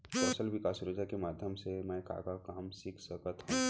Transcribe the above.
कौशल विकास योजना के माधयम से मैं का का काम सीख सकत हव?